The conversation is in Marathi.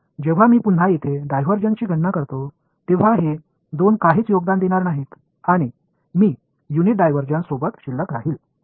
तर जेव्हा मी पुन्हा येथे डायव्हर्जन्सची गणना करतो तेव्हा हे दोन काहीच योगदान देणार नाहीत आणि मी युनिट डायव्हर्जन्स सोबत शिल्लक राहील